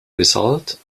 result